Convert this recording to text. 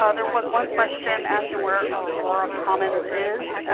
ah there was one question asking where aurora commons is.